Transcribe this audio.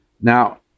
Now